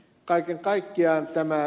kaiken kaikkiaan tämä ed